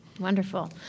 Wonderful